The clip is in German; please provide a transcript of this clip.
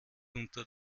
unter